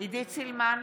עידית סילמן,